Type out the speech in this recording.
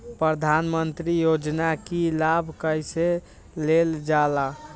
प्रधानमंत्री योजना कि लाभ कइसे लेलजाला?